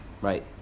Right